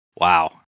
Wow